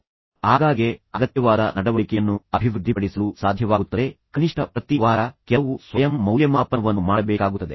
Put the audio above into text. ನೀವು ಆಗಾಗ್ಗೆ ಅಗತ್ಯವಾದ ನಡವಳಿಕೆಯನ್ನು ಅಭಿವೃದ್ಧಿಪಡಿಸಲು ಸಾಧ್ಯವಾಗುತ್ತದೆ ಕನಿಷ್ಠ ಪ್ರತಿ ವಾರ ನೀವು ಕೆಲವು ಸ್ವಯಂ ಮೌಲ್ಯಮಾಪನವನ್ನು ಮಾಡಬೇಕಾಗುತ್ತದೆ